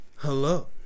hello